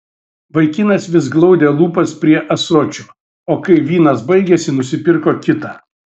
vaikinas vis glaudė lūpas prie ąsočio o kai vynas baigėsi nusipirko kitą